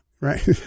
Right